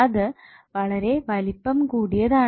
അത് വളരെ വലിപ്പം കൂടിയതാണ്